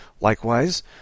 Likewise